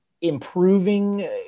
improving